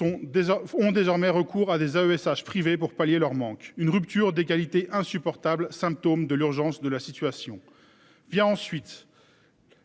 ont désormais recours à des AESH privés pour pallier leur manque une rupture d'égalité insupportable symptôme de l'urgence de la situation. Vient ensuite.